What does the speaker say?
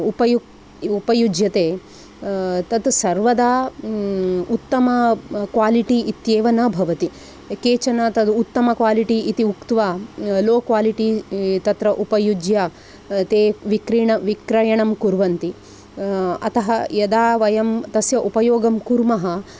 उपयुक उपयुज्यते तत् सर्वदा उत्तमा क्वालिटी इत्येव न भवति केचन तद् उत्तमक्वालिटी इति उक्त्वा लो क्वालिटी तत्र उपयुज्य ते विक्रीण् विक्रयणं कुर्वन्ति अतः यदा वयं तस्य उपयोगं कुर्मः